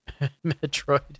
metroid